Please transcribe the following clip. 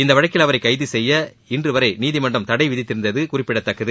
இந்த வழக்கில் அவரை கைது செய்ய இன்று வரை நீதிமன்றம் தடை விதித்திருந்தது குறிப்பிடத்தக்கது